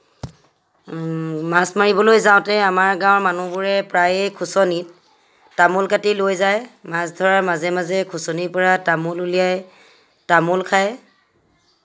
মাছ মাৰিবলৈ যাওঁতে আমাৰ গাঁৱৰ মানুহবোৰে প্ৰায়ে খুঁচনিত তামোল কাটি লৈ যায় মাছ ধৰাৰ মাজে মাজে খুঁচনিৰ পৰা তামোল উলিয়াই তামোল খায়